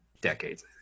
decades